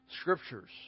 scriptures